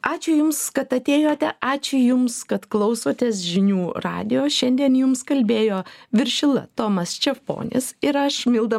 ačiū jums kad atėjote ačiū jums kad klausotės žinių radijo šiandien jums kalbėjo viršila tomas čeponis ir aš milda